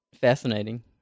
fascinating